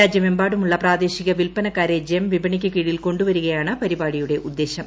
രാജ്യമെമ്പാടുമുള്ള പ്രാദേശിക വിൽപ്പനക്കാരെ ജെം വിപണിയ്ക്ക് കീഴിൽ കൊണ്ടുവരികയാണ് പരിപാടിയുടെ ഉദ്ദേശം